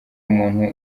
umuntu